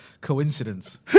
Coincidence